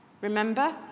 Remember